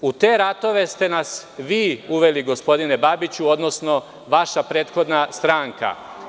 U te ratove ste nas vi uveli gospodine Babiću, odnosno vaša prethodna stranka.